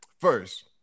First